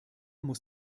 muss